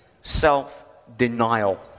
self-denial